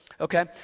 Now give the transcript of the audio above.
okay